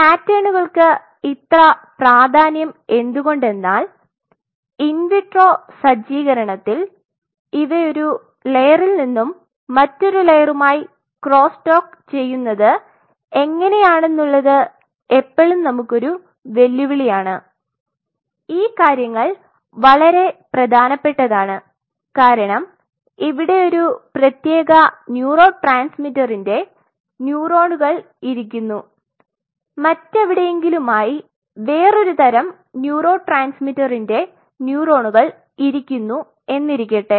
പാറ്റേർണുകൾക്ക് ഇത്ര പ്രാദാന്യം എന്തുകൊണ്ടെന്നാൽ ഇൻ വിട്രോ സജ്ജീകരണത്തിൽ ഇവ ഒരു ലയറിൽനിന്നും മറ്റൊരു ലയറുമായി ക്രോസ്സ് ടോക്ക് ചെയുന്നത് എങ്ങനെയാണെന്നുള്ളത് ഇപ്പളും നമുക്കൊരു വെല്ലുവിളിയാണ് ഈ കാര്യങ്ങൾ വളരെ പ്രെധാനപെട്ടതാണ് കാരണം ഇവിടെ ഒരു പ്രേത്യേക ന്യൂറോട്രാൻസ്മിറ്ററിന്റെ ന്യൂറോണുകൾ ഇരിക്കുന്നു മറ്റെവിടെയെങ്കിലുമായി വേറൊരു തരം ന്യൂറോട്രാൻസ്മിറ്ററിന്റെ ന്യൂറോണുകൾ ഇരിക്കുന്നു എന്നിരിക്കട്ടെ